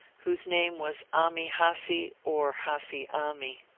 whose name was aami hassi, or hassi aami.